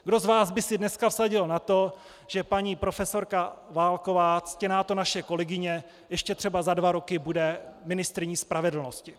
Kdo z vás by si dneska vsadil na to, že paní profesorka Válková, ctěná to naše kolegyně, ještě třeba za dva roky bude ministryní spravedlnosti?